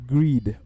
Greed